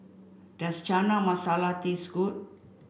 does Chana Masala taste good